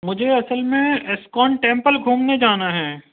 مجھے اصل میں اسکون ٹیمپل گھومنے جانا ہے